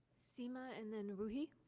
seema and then ruhi.